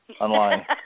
online